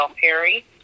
Perry